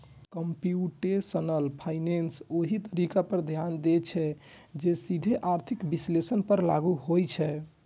computational finance ओइ तरीका पर ध्यान दै छै, जे सीधे आर्थिक विश्लेषण पर लागू होइ छै